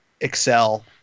excel